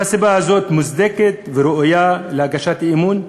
האם הסיבה הזאת מוצדקת וראויה להגשת אי-אמון?